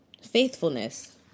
Faithfulness